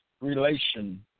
relation